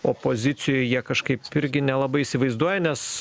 opozicijoj jie kažkaip irgi nelabai įsivaizduoja nes